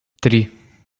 три